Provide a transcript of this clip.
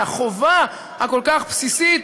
מהחובה הבסיסית